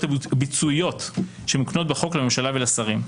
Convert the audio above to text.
הביצועיות שמוקנות בחוק לממשלה ולשרים.